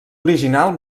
original